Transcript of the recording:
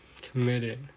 committed